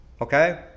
Okay